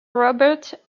robert